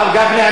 הרב גפני,